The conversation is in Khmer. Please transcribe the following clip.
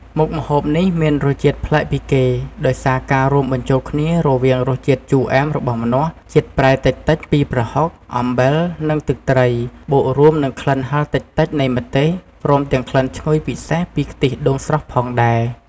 មុខម្ហូបនេះមានរសជាតិប្លែកពីគេ ដោយសារការរួមបញ្ចូលគ្នារវាងរសជាតិជូរអែមរបស់ម្នាស់ ជាតិប្រៃតិចៗពីប្រហុក អំបិល និងទឹកត្រី បូករួមនឹងក្លិនហឹរតិចៗនៃម្ទេស ព្រមទាំងក្លិនឈ្ងុយពិសេសពីខ្ទិះដូងស្រស់ផងដែរ។